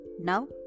Now